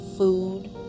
Food